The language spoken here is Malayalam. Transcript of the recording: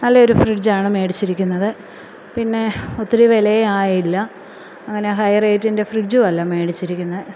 നല്ലെയൊരു ഫ്രിഡ്ജാണ് മേടിച്ചിരിക്കുന്നത് പിന്നെ ഒത്തിരി വെലേവായില്ല അങ്ങനെ ഹൈ റേറ്റിന്റെ ഫ്രിഡ്ജുവല്ല മേടിച്ചിരിക്കുന്നത്